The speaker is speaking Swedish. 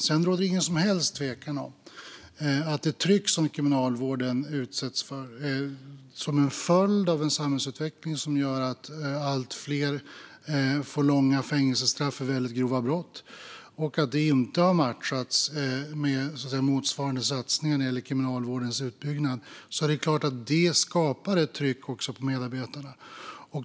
Sedan råder det ingen som helst tvekan om att det tryck som Kriminalvården utsätts för, som en följd av en samhällsutveckling som gör att allt fler får långa fängelsestraff för väldigt grova brott, inte har matchats med motsvarande satsningar när det gäller Kriminalvårdens utbyggnad. Det är klart att detta skapar ett tryck också på medarbetarna.